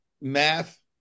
math